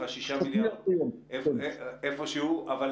שאי-אפשר להעביר,